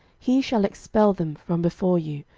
he shall expel them from before you,